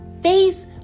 Face